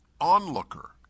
onlooker